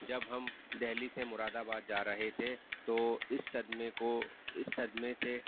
جب ہم دہلی سے مراد آباد جا رہے تھے تو اس صدمے کو اس صدمے سے